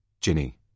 Ginny